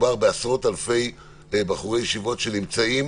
מדובר בעשרות אלפי בחורי ישיבות שנמצאים